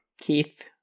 Keith